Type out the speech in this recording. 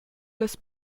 las